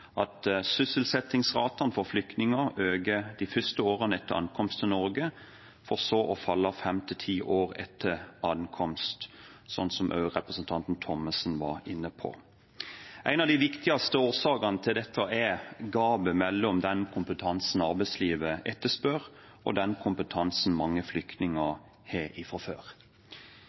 at sysselsettingsratene for flyktninger øker de første årene etter ankomst til Norge, for så å falle fem–ti år etter ankomst, som også representanten Thommessen var inne på. En av de viktigste årsakene til dette er gapet mellom den kompetansen arbeidslivet etterspør, og den kompetansen mange flyktninger har fra før.